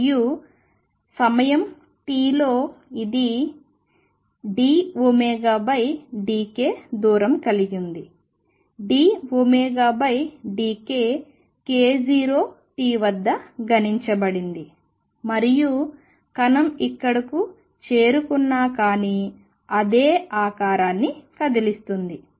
మరియు సమయం t లో ఇది dωd k దూరం కదిలింది dωdkk0 t వద్ద గణించబడినది మరియు కణం ఇక్కడకు చేరుకున్నా కానీ అదే ఆకారాన్ని కదిలిస్తుంది